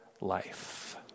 life